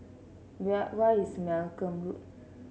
where is Malcolm Road